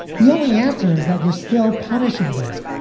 the only answer is that you're still punishing them.